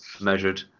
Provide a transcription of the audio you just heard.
measured